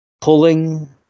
pulling